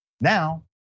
Now